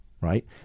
right